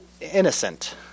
Innocent